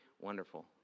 wonderful